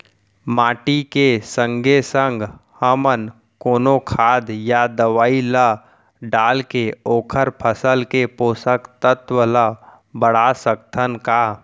माटी के संगे संग हमन कोनो खाद या दवई ल डालके ओखर फसल के पोषकतत्त्व ल बढ़ा सकथन का?